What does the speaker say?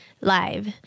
live